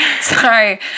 Sorry